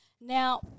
Now